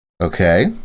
Okay